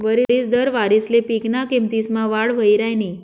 वरिस दर वारिसले पिकना किमतीसमा वाढ वही राहिनी